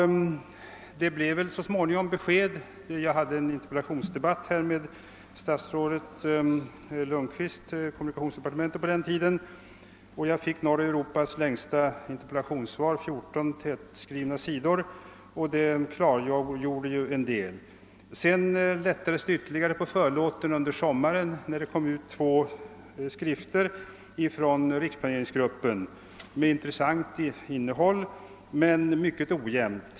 Så småningom lämnades besked. Jag hade en interpellationsdebatt med dåvarande kommunikationsministern, statsrådet Lundqvist, som lämnade mig norra Europas längsta interpellationssvar, 14 tätskrivna sidor. Detta klargjorde ju en hel del. Under sommaren lättades det ytterligare på förlåten då det kom ut två skrifter från riksplaneringsgruppen. Dessa hade ett mycket intressant men ojämnt innehåll.